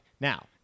Now